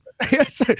yes